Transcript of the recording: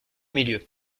milieu